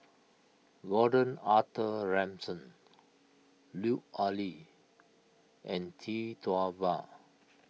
Gordon Arthur Ransome Lut Ali and Tee Tua Ba